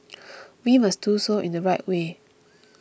we must do so in the right way